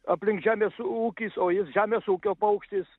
aplink žemės ūkis o jis žemės ūkio paukštis